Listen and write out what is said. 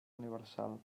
universal